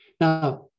Now